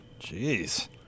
Jeez